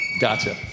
Gotcha